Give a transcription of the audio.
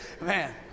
Man